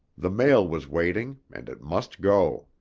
the mail was waiting and it must go.